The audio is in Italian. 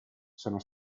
sono